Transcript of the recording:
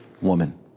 woman